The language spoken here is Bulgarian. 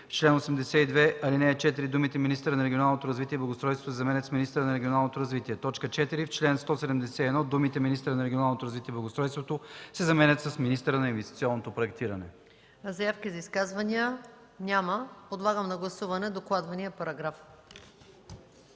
В чл. 82, ал. 4 думите „министъра на регионалното развитие и благоустройството“ се заменят с „министъра на регионалното развитие“. 4. В чл. 171 думите „министъра на регионалното развитие и благоустройството“ се заменят с „министъра на инвестиционното проектиране”.” ПРЕДСЕДАТЕЛ МАЯ МАНОЛОВА: Заявки за изказвания? Няма. Подлагам на гласуване докладвания параграф.